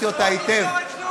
אפילו דוד ביטן אמר שהוא,